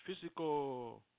physical